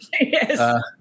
Yes